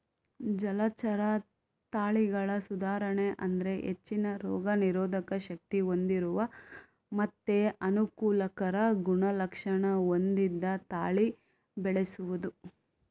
ಜಲಚರ ತಳಿಗಳ ಸುಧಾರಣೆ ಅಂದ್ರೆ ಹೆಚ್ಚಿನ ರೋಗ ನಿರೋಧಕ ಶಕ್ತಿ ಹೊಂದಿರುವ ಮತ್ತೆ ಅನುಕೂಲಕರ ಗುಣಲಕ್ಷಣ ಹೊಂದಿದ ತಳಿ ಬೆಳೆಸುದು